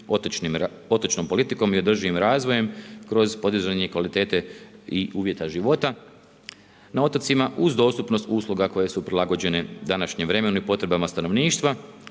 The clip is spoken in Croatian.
otočnom politikom i održivim razvojem kroz podizanje kvalitete i uvjeta života na otocima uz dostupnost usluga koje su prilagođene današnjem vremenu i potrebama stanovništva